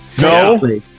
No